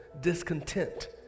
discontent